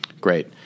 Great